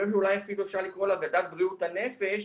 שאולי אפילו אפשר לקרוא לה ועדת בריאות הנפש,